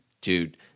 Dude